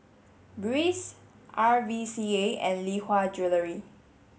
Breeze R V C A and Lee Hwa Jewellery